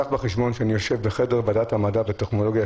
קח בחשבון שאני יושב בחדר ועדת המדע והטכנולוגיה,